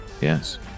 yes